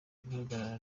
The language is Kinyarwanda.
guhangana